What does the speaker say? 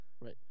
Right